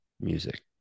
music